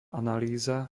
analýza